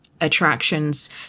attractions